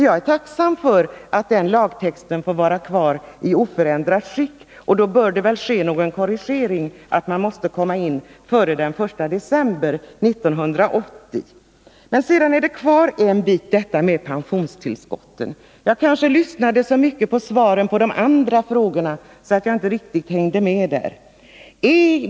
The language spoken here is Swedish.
Jag är tacksam för att den lagtexten får vara kvar i oförändrat skick, men det bör då göras någon korrigering av bestämmelsen att man måste lämna in sin ansökan före den 1 december 1980. Men sedan är pensionstillskotten kvar. Jag lyssnade kanske så mycket på svaren på de andra frågorna att jag inte hängde med riktigt.